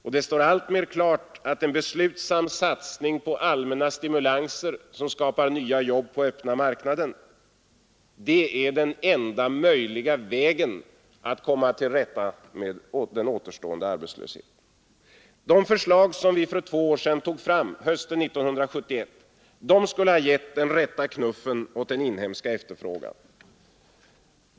Det står också alltmer klart att en beslutsam satsning på allmänna stimulanser som skapar nya jobb på den öppna marknaden är den enda möjliga vägen att komma till rätta med den återstående arbetslösheten. De förslag som vi för två år sedan, hösten 1971, lade fram skulle ha gett den rätta knuffen åt den inhemska efterfrågan.